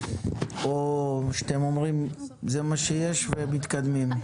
או שאתם אומרים זה מה שיש ומתקדמים.